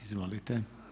Izvolite.